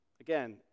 Again